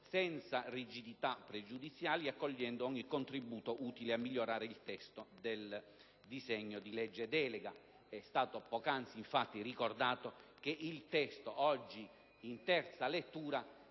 senza rigidità pregiudiziali e accogliendo ogni contributo utile a migliorare il testo del disegno di legge delega. È stato, infatti, poc'anzi ricordato che il testo, oggi in seconda lettura